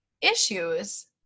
issues